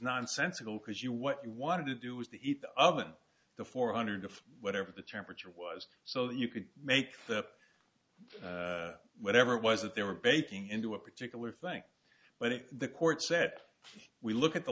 nonsensical because you what you wanted to do was the eat the oven the four hundred of whatever the temperature was so you could make up whatever it was that they were baking into a particular thing but if the court said we look at the